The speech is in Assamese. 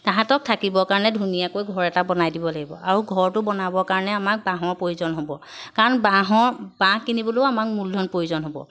তাহাঁতক থাকিবৰ কাৰণে ধুনীয়াকৈ ঘৰ এটা বনাই দিব লাগিব আৰু ঘৰটো বনাব কাৰণে আমাক বাঁহৰ প্ৰয়োজন হ'ব কাৰণ বাঁহৰ বাঁহ কিনিবলৈও আমাক মূলধন প্ৰয়োজন হ'ব